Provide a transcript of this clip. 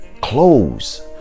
clothes